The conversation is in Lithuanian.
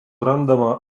randama